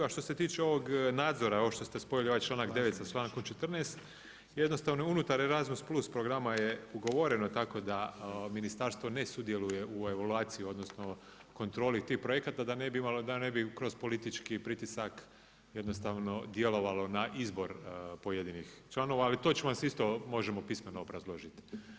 A što se tiče ovog nadzora, ovo što ste spojili članak 9. sa člankom 14., jednostavno unutar Erasmus plus programa je ugovorena, tako da ministarstvo ne sudjeluje u evaluaciji, odnosno kontroli tih projekata da ne bi kroz politički pritisak jednostavno djelovalo na izbor pojedinih članova, ali to možemo pismeno obrazložiti.